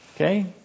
Okay